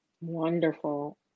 Wonderful